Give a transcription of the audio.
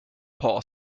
poor